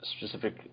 specific